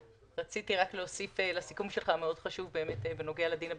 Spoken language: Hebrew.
רציתי רק להוסיף לסיכום שלך בנוגע לדין הבין-לאומי,